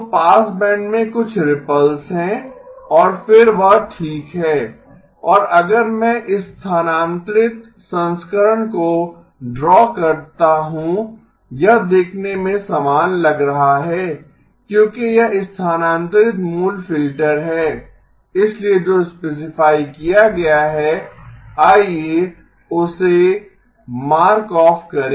तो पासबैंड में कुछ रिपल्स हैं और फिर वह ठीक है और अगर मैं स्थानांतरित संस्करण को ड्रा करता हूं यह दिखने मे समान लग रहा है क्योंकि यह स्थानांतरित मूल फ़िल्टर है इसलिए जो स्पेसिफाई किया गया है आइये उसे मार्क ऑफ करें